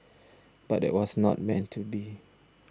but that was not meant to be